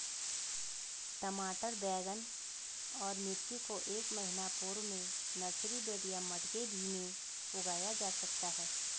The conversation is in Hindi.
टमाटर बैगन और मिर्ची को एक महीना पूर्व में नर्सरी बेड या मटके भी में उगाया जा सकता है